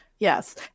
Yes